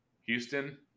Houston